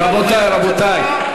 אתה התחייבת, רבותי,